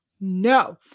no